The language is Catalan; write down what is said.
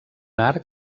arc